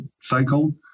cycle